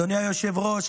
אדוני היושב-ראש,